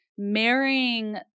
marrying